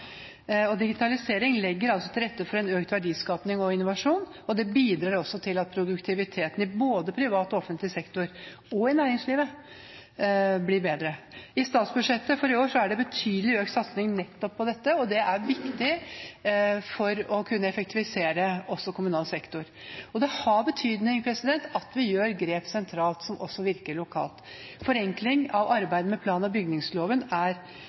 Digitalisering legger til rette for økt verdiskaping og innovasjon og bidrar også til at produktiviteten i både privat og offentlig sektor, og i næringslivet, blir bedre. I statsbudsjettet for i år er det en betydelig økt satsing nettopp på dette, og det er viktig for å kunne effektivisere også kommunal sektor. Det har betydning at vi tar grep sentralt som også virker lokalt. Arbeidet med forenkling av plan- og bygningsloven er